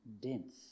dense